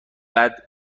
بعد